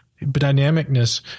dynamicness